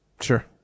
sure